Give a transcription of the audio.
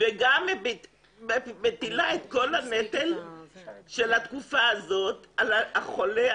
וגם מטילה את כל הנטל בתקופה הזאת על החולה,